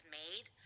made